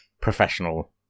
professional